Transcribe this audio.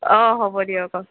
অ হ'ব দিয়ক